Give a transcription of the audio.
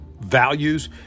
values